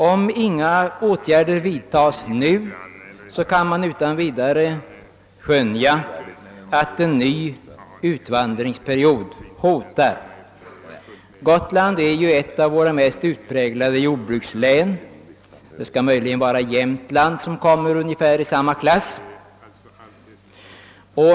Om inga åtgärder vidtas kan man nu skönja att en ny utvandringsperiod hotar. Gotland är ju ett av våra mest utpräglade jordbrukslän. Det skall möjligen vara Jämtland som befinner sig i samma klass.